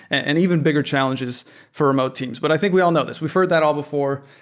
and even bigger challenges for remote teams. but i think we all know this. we've heard that all before.